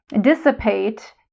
dissipate